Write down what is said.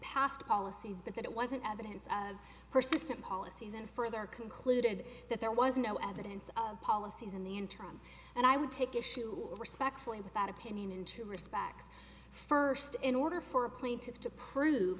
past policies but that it wasn't evidence of persistent policies and further concluded that there was no evidence of policies in the interim and i would take issue respectfully with that opinion in two respects first in order for a plaintiff to prove